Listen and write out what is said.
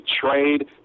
trade